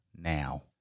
now